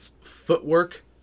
footwork